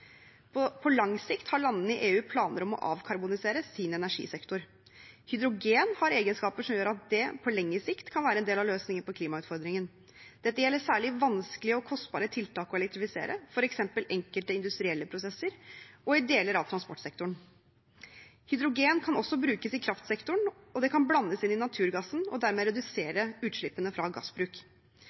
På lang sikt har landene i EU planer om å avkarbonisere sin energisektor. Hydrogen har egenskaper som gjør at det, på lengre sikt, kan være en del av løsningen på klimautfordringen. Dette gjelder særlig vanskelige og kostbare tiltak å elektrifisere, f.eks. enkelte industrielle prosesser og i deler av transportsektoren. Hydrogen kan også brukes i kraftsektoren, og det kan blandes inn i naturgassen og dermed redusere utslippene fra gassbruk.